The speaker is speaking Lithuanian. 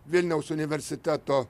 vilniaus universiteto